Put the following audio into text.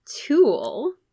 Tool